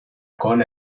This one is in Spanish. cola